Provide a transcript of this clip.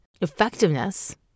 effectiveness